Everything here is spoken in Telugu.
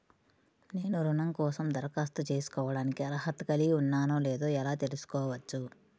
నేను రుణం కోసం దరఖాస్తు చేసుకోవడానికి అర్హత కలిగి ఉన్నానో లేదో ఎలా తెలుసుకోవచ్చు?